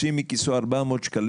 הגעתי מוועדת הכנסת.